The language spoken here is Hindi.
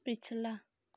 पिछला